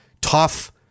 tough